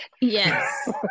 Yes